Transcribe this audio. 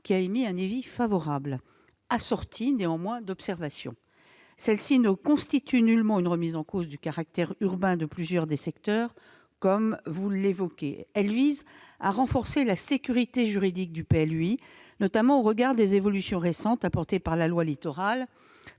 et a émis un avis favorable, assorti d'observations. Ces dernières ne constituent nullement une remise en cause du caractère urbain de plusieurs des secteurs, comme vous l'évoquez. Elles visent à renforcer la sécurité juridique du PLUI, notamment au regard des évolutions récentes apportées à la loi Littoral